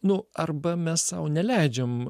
nu arba mes sau neleidžiam